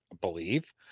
believe